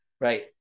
right